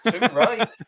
Right